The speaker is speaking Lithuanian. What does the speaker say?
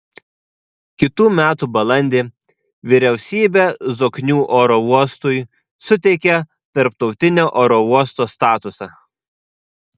kitų metų balandį vyriausybė zoknių oro uostui suteikė tarptautinio oro uosto statusą